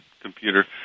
computer